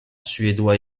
suédois